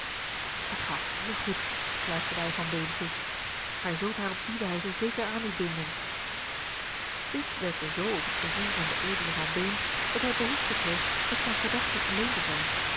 het gaat zeer goed fluisterde hij van beem toe gij zult haar op die wijze zeker aan u binden dit werkte zoo op het gevoel van den edelen van beem dat hij behoefte kreeg met zijne gedachten alleen te zijn